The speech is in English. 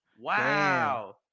Wow